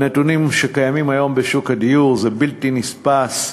הנתונים שקיימים היום בשוק הדיור, זה בלתי נתפס,